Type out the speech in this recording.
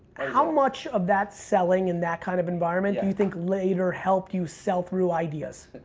how much of that selling in that kind of environment do you think later helped you sell through ideas?